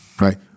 right